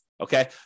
Okay